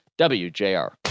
WJR